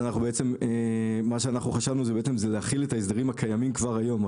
מה שאנחנו חשבנו זה להחיל את ההסדרים הקיימים כבר היום.